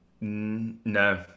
No